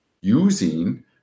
using